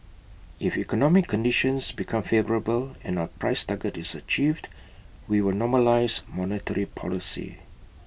if economic conditions become favourable and our price target is achieved we will normalise monetary policy